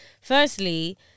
Firstly